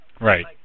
Right